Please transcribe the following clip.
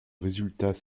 résultat